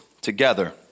together